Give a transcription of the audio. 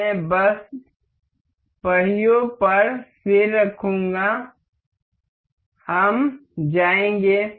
मैं बस पहियों पर सिर रखूंगा हम जाएंगे